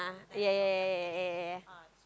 ya ya ya ya ya ya